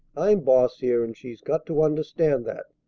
i'm boss here, and she's got to understand that.